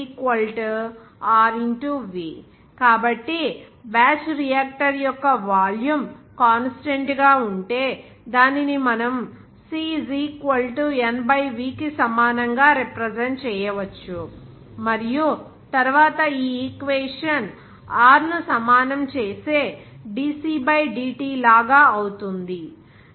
dNdt rV కాబట్టి batch reactor యొక్క volume constant గా ఉంటే దానిని మనం cN V కి సమానంగా రిప్రెజెంట్ చేయవచ్చు మరియు తరువాత ఈ ఈక్వేషన్ r ను సమానం చేసే dc dT లాగా అవుతుంది